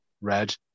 Red